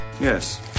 Yes